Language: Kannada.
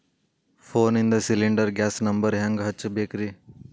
ಫೋನಿಂದ ಸಿಲಿಂಡರ್ ಗ್ಯಾಸ್ ನಂಬರ್ ಹೆಂಗ್ ಹಚ್ಚ ಬೇಕ್ರಿ?